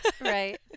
right